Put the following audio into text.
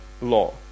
law